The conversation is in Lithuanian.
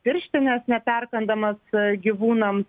pirštines neperkandamas gyvūnams